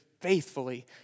faithfully